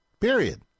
period